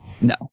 No